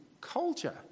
culture